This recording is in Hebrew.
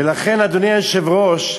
ולכן, אדוני היושב-ראש,